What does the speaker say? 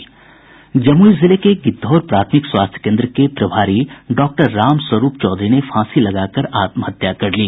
जमुई जिले के गिद्धौर प्राथमिक स्वास्थ्य केन्द्र के प्रभारी डॉक्टर रामस्वरूप चौधरी ने फांसी लगाकर आत्महत्या कर ली